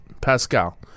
Pascal